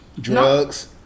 drugs